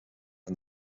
and